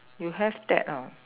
you have that ah